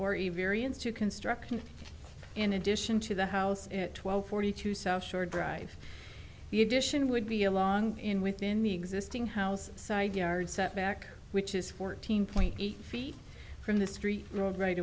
ariens to construction in addition to the house at twelve forty two south shore drive the addition would be along in within the existing house side yard setback which is fourteen point eight feet from the street r